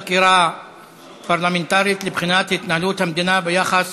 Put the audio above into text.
חקירה פרלמנטרית בנושא התנהלות המדינה ביחס